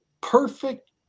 perfect